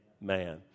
man